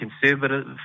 conservative